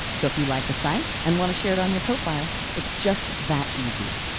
so if you like a site and wanna share it on your profile it's just that easy.